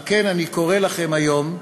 על כן אני קורא לכם היום,